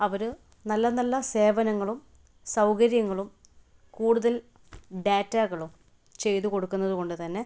അവർ നല്ല നല്ല സേവനങ്ങളും സൗകര്യങ്ങളും കൂടുതൽ ഡാറ്റകളും ചെയ്ത് കൊടുക്കുന്നതു കൊണ്ട് തന്നെ